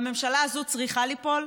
והממשלה הזאת צריכה ליפול,